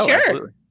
Sure